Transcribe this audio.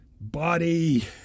body